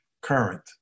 current